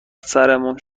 سرمون